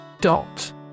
Dot